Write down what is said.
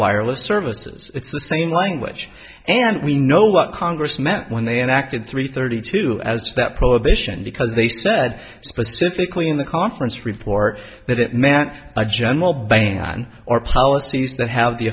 wireless services it's the same language and we know what congress met when they enacted three thirty two as to that prohibition because they said specifically in the conference report that it meant a general ban or policies that have the